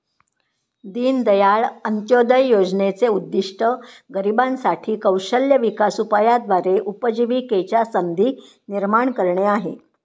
दीनदयाळ अंत्योदय योजनेचे उद्दिष्ट गरिबांसाठी साठी कौशल्य विकास उपायाद्वारे उपजीविकेच्या संधी निर्माण करणे आहे